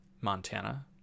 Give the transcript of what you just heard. Montana